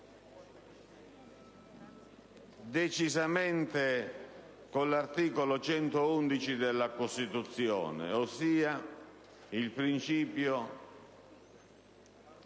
decisamente con l'articolo 111 della Costituzione, ossia con il principio,